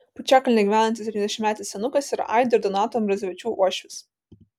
pučiakalnėje gyvenantis septyniasdešimtmetis senukas yra aido ir donato ambrazevičių uošvis